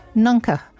Nunca